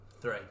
Three